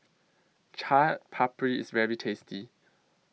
Chaat Papri IS very tasty